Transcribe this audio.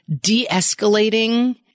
de-escalating